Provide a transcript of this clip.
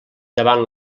davant